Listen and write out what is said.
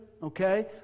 okay